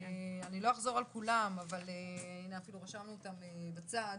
אני לא אחזור על כולן, אנחנו רשמנו אותן בצד,